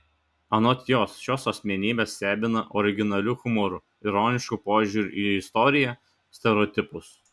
anot jos šios asmenybės stebina originaliu humoru ironišku požiūriu į istoriją stereotipus